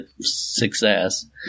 success